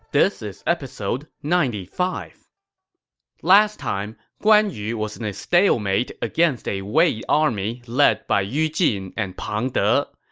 this is episode ninety five point last time, guan yu was in a stalemate against a wei army led by yu jin and pang de.